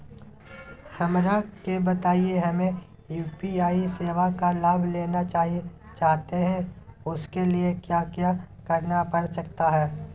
हमरा के बताइए हमें यू.पी.आई सेवा का लाभ लेना चाहते हैं उसके लिए क्या क्या करना पड़ सकता है?